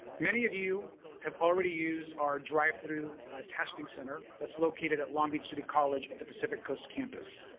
many of you have already used our drive-through testing center that's located at long beach city college at the pacific coast campus.